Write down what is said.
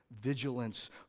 vigilance